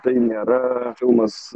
tai nėra filmas